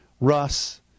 Russ